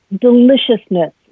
deliciousness